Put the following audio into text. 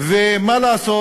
מה לעשות,